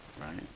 right